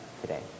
today